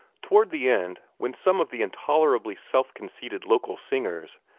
toward the end, when some of the intolerably self-conceited local singers,